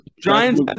Giants